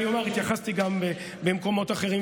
התייחסתי גם במקומות אחרים.